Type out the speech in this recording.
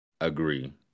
Agree